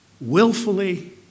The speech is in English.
willfully